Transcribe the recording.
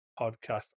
Podcast